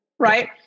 right